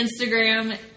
Instagram